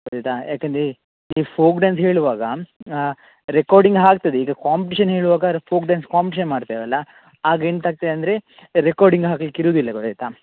ಗೊತ್ತಾಯ್ತ ಯಾಕಂದ್ರೆ ಈ ಫೋಕ್ ಡ್ಯಾನ್ಸ್ ಹೇಳುವಾಗ ರೆಕೊಡಿಂಗ್ ಆಗ್ತದೆ ಈಗ ಕಾಂಪ್ಟೀಶನ್ ಹೇಳುವಾಗ ಫೋಕ್ ಡ್ಯಾನ್ಸ್ ಕಾಂಪ್ಟಿಷನ್ ಮಾಡ್ತೆವಲ್ಲ ಆಗೆಂತಾಗ್ತದೆ ಅಂದರೆ ರೆಕೊಡಿಂಗ್ ಹಾಕ್ಲಿಕ್ಕೆ ಇರೋದಿಲ್ಲ ಗೊತ್ತಾಯ್ತ